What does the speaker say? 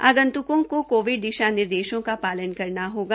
आगंत्को को कोविड दिशा निर्देशों का पानन करना होगा